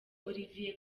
olivier